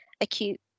acute